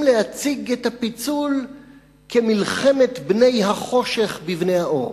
להציג את הפיצול כמלחמת בני-החושך בבני-האור.